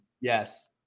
yes